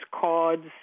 cards